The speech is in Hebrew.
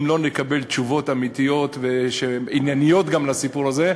אם לא נקבל תשובות אמיתיות וענייניות לסיפור הזה,